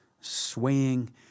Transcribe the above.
swaying